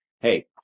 hey